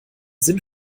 sinn